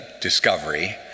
discovery